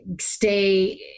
stay